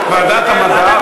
לוועדת המדע.